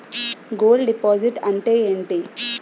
Gold deposit అంతే ఎంటి?